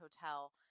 hotel